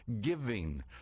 giving